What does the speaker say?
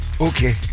Okay